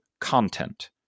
content